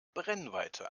brennweite